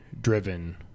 driven